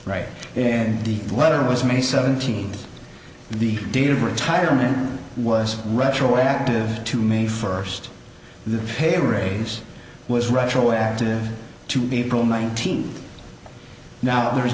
right and the letter was may seventeenth the date of retirement was retroactive to may first the pay raise was retroactive to people my team now there is